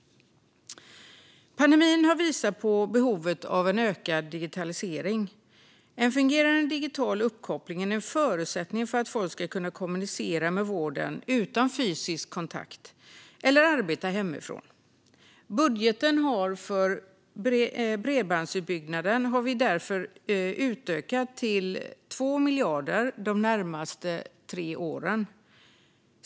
Pandemin har visat på behovet av en ökad digitalisering. En fungerande digital uppkoppling är en förutsättning för att folk ska kunna kommunicera med vården utan fysisk kontakt och att kunna arbeta hemifrån. Vi har därför utökat budgeten för bredbandsutbyggnaden till 2 miljarder de närmaste tre åren.